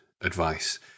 advice